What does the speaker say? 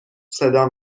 صدا